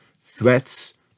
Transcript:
threats